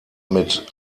mit